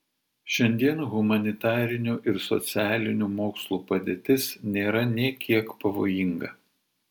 šiandien humanitarinių ir socialinių mokslų padėtis nėra nė kiek pavojinga